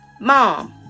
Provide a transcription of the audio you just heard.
Mom